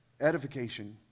edification